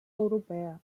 europea